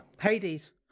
Hades